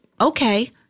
okay